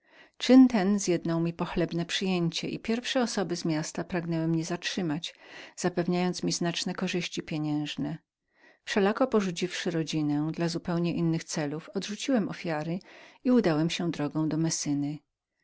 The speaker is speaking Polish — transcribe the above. czyn ten zjednał mi pochlebne przyjęcie i pierwsze osoby z miasta pragnęły mnie zatrzymać zapewniając mi znaczne korzyści pieniężne wszelako porzuciwszy rodzinę dla zupełnie innych celów odrzuciłem ofiary i udałem się drogą do messyny